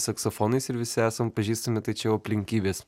saksofonais ir visi esam pažįstami tai čia jau aplinkybės